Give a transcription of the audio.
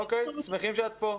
שמחים שאת פה.